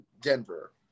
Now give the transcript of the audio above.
Denver